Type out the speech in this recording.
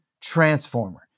transformer